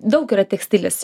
daug yra tekstilės